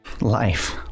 Life